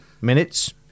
minutes